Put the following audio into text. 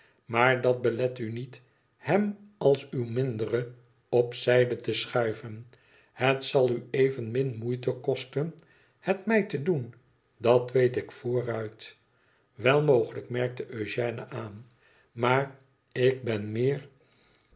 maar dat belet u niet hem als uw mindere op zijde te schuiven het zal u evenmin moeite kosten het mij te doen dat weet ik vooruit wel mogelijk merkte eugène aan f maar ik ben meer